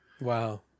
Wow